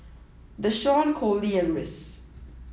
Dashawn Coley and Rhys